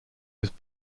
was